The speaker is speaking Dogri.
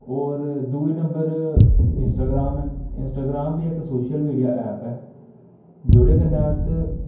होर दूए नंबर इंस्टाग्राम ऐ इंस्टाग्राम बी इक सोशल मीडिया ऐप्प ऐ जेह्दे कन्नै अस